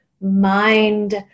mind